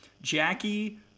Jackie